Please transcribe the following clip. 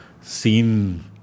seen